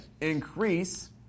Increase